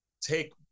take